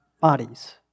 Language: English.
bodies